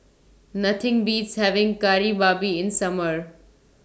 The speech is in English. Nothing Beats having Kari Babi in Summer